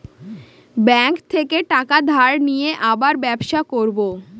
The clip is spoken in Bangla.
ব্যাঙ্ক থেকে টাকা ধার নিয়ে আবার ব্যবসা করবো